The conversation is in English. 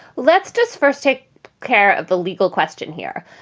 let's just first take care of the legal question here.